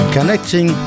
Connecting